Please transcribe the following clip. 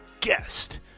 guest